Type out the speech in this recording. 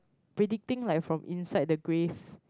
predicting like from inside the grave